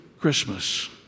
Christmas